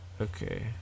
Okay